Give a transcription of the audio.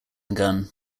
gun